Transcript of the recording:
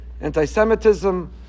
anti-Semitism